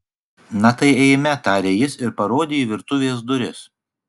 na tai eime tarė jis ir parodė į virtuvės duris